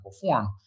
form